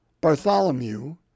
Bartholomew